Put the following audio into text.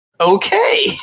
okay